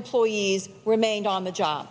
employees remained on the job